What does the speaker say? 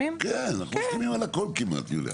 כן, אנחנו מסכימים על הכל כמעט יוליה.